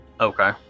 okay